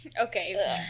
okay